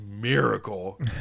miracle